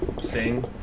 sing